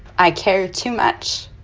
i care too much